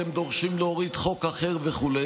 אתם דורשים להוריד חוק אחר וכו',